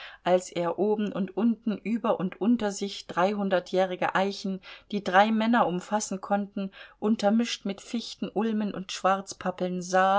als er oben und unten über und unter sich dreihundertjährige eichen die drei männer umfassen konnten untermischt mit fichten ulmen und schwarzpappeln sah